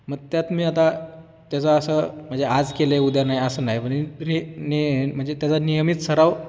मग त्यात मी आता त्याचं असं म्हणजे आज केलं आहे उद्या नाही असं नाही म्हन र न म्हणजे त्याचा नियमित सराव